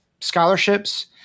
scholarships